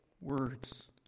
words